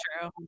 true